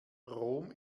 rom